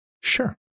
Sure